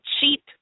cheap